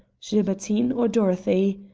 gilbertine or dorothy?